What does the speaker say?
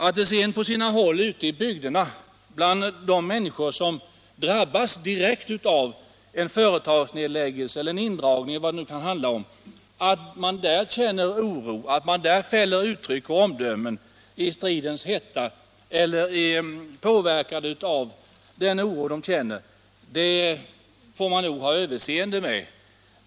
Att sedan på sina håll ute i bygderna de människor som direkt drabbas av en företagsnedläggning, en personalindragning eller vad det kan handla om känner oro och fäller uttryck och omdömen i stridens hetta eller under påverkan av oro för sina jobb får man nog ha överseende med.